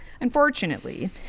unfortunately